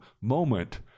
moment